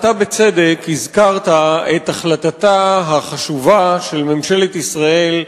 אתה בצדק הזכרת את החלטתה החשובה של ממשלת ישראל,